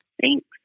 Thanks